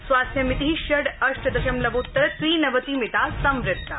स्वास्थ्यमिति षड् अष्ट् दशमलवोत्तर त्रिनवति मिता संवृत्ता